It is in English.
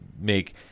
make